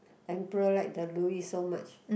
emperor like the Ru-Yi so much